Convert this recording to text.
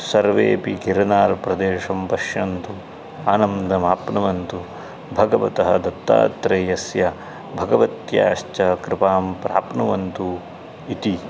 सर्वेऽपि गिरनार् प्रदेशं पश्यन्तु आनन्दमाप्नुवन्तु भगवतः दत्तात्रेयस्य भगवत्याश्च कृपां प्राप्नुवन्तु इति